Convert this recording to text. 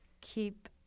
keep